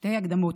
שתי הקדמות: